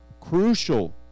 crucial